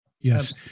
Yes